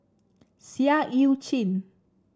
Seah Eu Chin